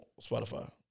Spotify